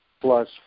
plus